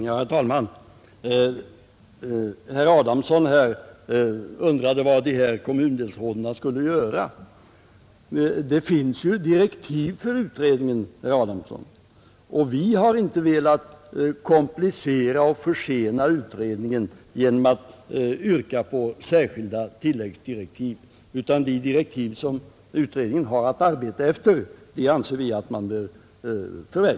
Herr talman! Herr Adamsson undrade vad de här kommundelsråden skulle göra, Det finns ju direktiv för utredningen, herr Adamsson! Vi har inte velat komplicera och försena utredningen genom att yrka på särskilda tilläggsdirektiv, utan de direktiv som utredningen har att arbeta efter anser vi att man bör följa.